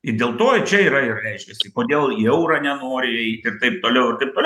ir dėl to čia yra ir reiškiasi kodėl į eurą nenori eit ir taip toliau ir taip toliau